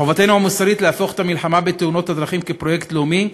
מחובתנו המוסרית להפוך את המלחמה בתאונות הדרכים לפרויקט לאומי,